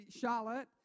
Charlotte